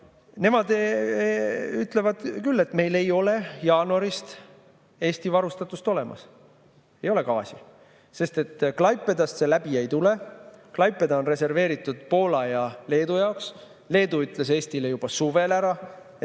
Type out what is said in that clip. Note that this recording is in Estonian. nad küll öelnud, et meil ei ole jaanuarist Eesti varustatus [tagatud], ei ole gaasi, sest Klaipedast see läbi ei tule. Klaipeda on reserveeritud Poola ja Leedu jaoks. Leedu ütles Eestile juba suvel ära, et